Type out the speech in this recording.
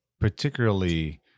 particularly